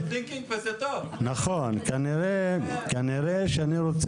אני מכהנת